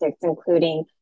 including